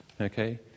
Okay